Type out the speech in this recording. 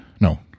no